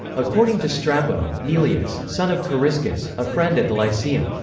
according to strabo, neleus, son of coriscus, a friend at the lyceum,